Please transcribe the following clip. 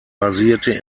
basierte